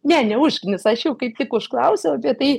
ne neužknisa aš jų kaip tik užklausiau apie tai